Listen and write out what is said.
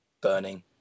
burning